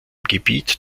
gebiet